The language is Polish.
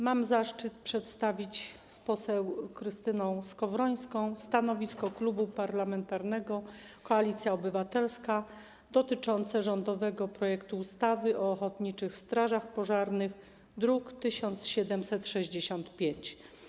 Mam zaszczyt przedstawić z poseł Krystyną Skowrońską stanowisko Klubu Parlamentarnego Koalicja Obywatelska dotyczące rządowego projektu ustawy o ochotniczych strażach pożarnych, druk nr 1765.